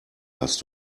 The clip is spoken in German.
hast